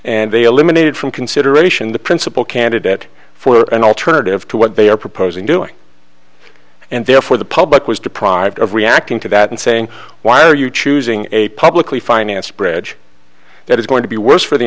and they eliminated from consideration the principle candidate for an alternative to what they are proposing doing and therefore the public was deprived of reacting to that and saying why are you choosing a publicly financed bridge that is going to be worse for the